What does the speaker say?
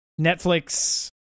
netflix